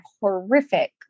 horrific